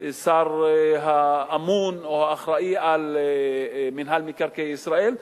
השר האמון או האחראי למינהל מקרקעי ישראל,